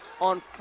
on